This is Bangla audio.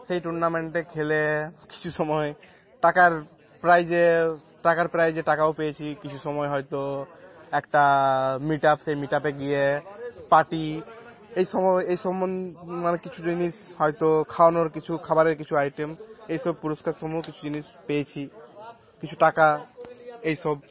সেই টুর্নামেন্টে খেলে কিছু সময় টাকার প্রাইজে টাকার প্রাইজে টাকাও পেয়েছি কিছু সময় হয়তো একটা মিটআপ সেই মিটআপে গিয়ে পার্টি এই সম এই সম্বন্ধে মানে কিছু জিনিস হয়তো খাওয়ানোর কিছু খাবারের কিছু আইটেম এইসব পুরস্কার সমও কিছু জিনিস পেয়েছি কিছু টাকা এইসব